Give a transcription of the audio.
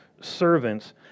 servants